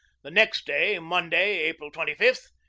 the next day, monday, april twenty five,